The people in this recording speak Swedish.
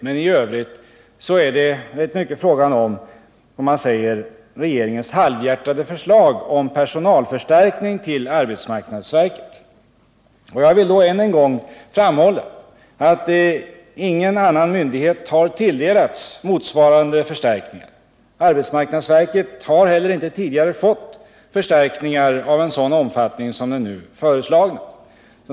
Men i övrigt handlar den rätt mycket om vad man kallar regeringens halvhjärtade förslag om personalförstärkning till arbetsmarknadsverket. Jag vill då än en gång framhålla att ingen annan myndighet har tilldelats motsvarande förstärkningar. Arbetsmarknadsverket har inte heller tidigare fått förstärkningar av en sådan omfattning som den nu föreslagna.